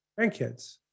grandkids